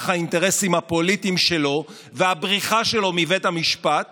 האינטרסים הפוליטיים שלו והבריחה שלו מבית המשפט